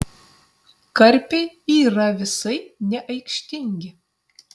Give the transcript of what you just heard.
karpiai yra visai neaikštingi